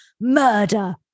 murder